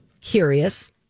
curious